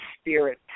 spirit